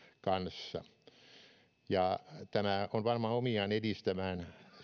kanssa tämä on varmaan omiaan edistämään